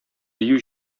дию